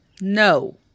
No